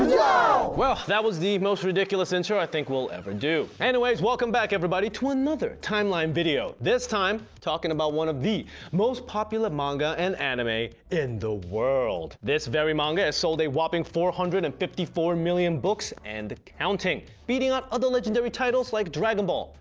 that was the most ridiculous intro i think we'll ever do, anyways, welcome back everybody to another timeline video this time talking about one of the most popular manga and anime in the world. this very manga has sold a whopping four hundred and fifty four million books and counting. beating out other legendary titles like dragon ball,